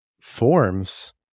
forms